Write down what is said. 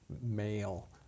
male